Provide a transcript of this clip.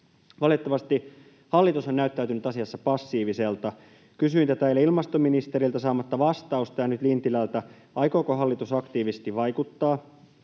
Valitettavasti hallitus on näyttäytynyt asiassa passiivisena. Kysyin tätä eilen ilmastoministeriltä saamatta vastausta ja nyt kysyn Lintilältä. Aikooko hallitus aktiivisesti vaikuttaa,